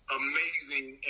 amazing